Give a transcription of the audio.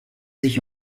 sich